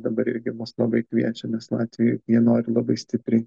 dabar irgi mus labai kviečia nes latvijoj jie nori labai stipriai